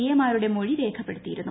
A മാരുടെ മൊഴി രേഖപ്പെടുത്തിയിരുന്നു